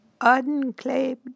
Unclaimed